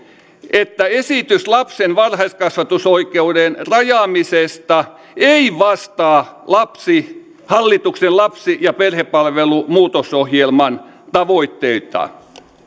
että esitys lapsen varhaiskasvatusoikeuden rajaamisesta ei vastaa hallituksen lapsi ja perhepalvelumuutosohjelman tavoitteita